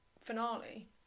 finale